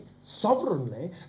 sovereignly